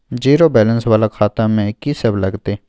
Zero balance वाला खाता में की सब लगतै?